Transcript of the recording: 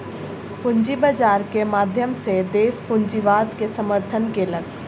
पूंजी बाजार के माध्यम सॅ देस पूंजीवाद के समर्थन केलक